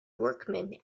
workman